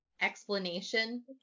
explanation